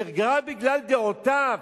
ורק בגלל דעותיו,